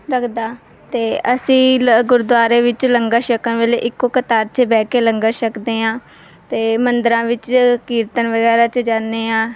ਲੱਗਦਾ ਅਤੇ ਅਸੀਂ ਗੁਰਦੁਆਰੇ ਵਿੱਚ ਲੰਗਰ ਛਕਣ ਵੇਲੇ ਇੱਕੋ ਕਤਾਰ 'ਚ ਬਹਿ ਕੇ ਲੰਗਰ ਛਕਦੇ ਹਾਂ ਅਤੇ ਮੰਦਰਾਂ ਵਿੱਚ ਕੀਰਤਨ ਵਗੈਰਾ 'ਚ ਜਾਂਦੇ ਹਾਂ